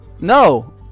No